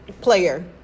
player